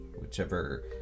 whichever